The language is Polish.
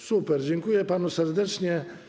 Super, dziękuję panu serdecznie.